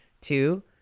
two